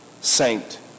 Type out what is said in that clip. saint